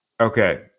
Okay